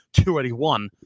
281